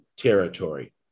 Territory